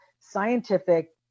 scientific